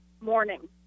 morning